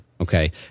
okay